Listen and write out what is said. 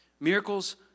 Miracles